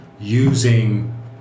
using